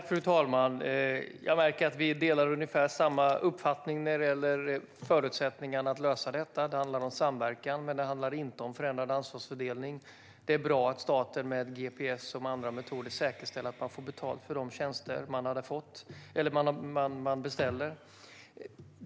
Fru talman! Jag märker att jag och Edward Riedl har ungefär samma uppfattning när det gäller förutsättningarna att lösa detta. Det handlar om samverkan, men det handlar inte om förändrad ansvarsfördelning. Det är bra att staten, med gps och andra metoder, säkerställer att man får utfört de tjänster man beställer.